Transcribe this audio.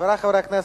חברי חברי הכנסת,